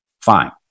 Fine